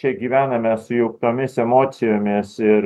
čia gyvename sujauktomis emocijomis ir